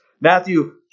Matthew